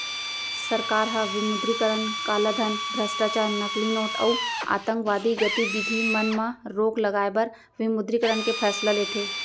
सरकार ह विमुद्रीकरन कालाधन, भस्टाचार, नकली नोट अउ आंतकवादी गतिबिधि मन म रोक लगाए बर विमुद्रीकरन के फैसला लेथे